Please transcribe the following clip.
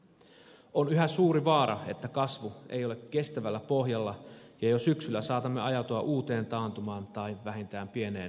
on yhä suuri vaara että kasvu ei ole kestävällä pohjalla ja jo syksyllä saatamme ajautua uuteen taantumaan tai vähintään pieneen notkahdukseen